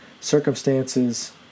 Circumstances